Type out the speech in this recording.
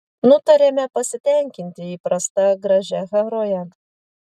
nutarėme pasitenkinti įprasta gražia heroje